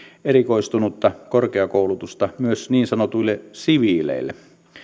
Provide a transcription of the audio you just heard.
erikoistunutta korkeakoulutusta myös niin sanotuille siviileille